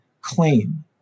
claim